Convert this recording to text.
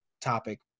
topic